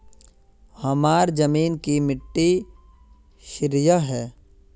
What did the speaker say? हमार जमीन की मिट्टी क्षारीय है?